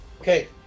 Okay